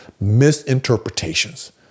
misinterpretations